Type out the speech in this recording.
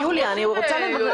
יוליה, אני רוצה לברר.